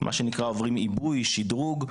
מה שנקרא, עוברים עיבוי, שדרוג.